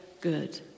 good